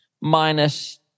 minus—